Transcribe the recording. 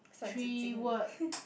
三字经:San Zi Jing